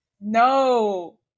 No